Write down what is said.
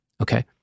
okay